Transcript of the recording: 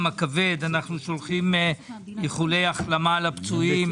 הכבד של המשפחות ושולחים איחולי החלמה לפצועים.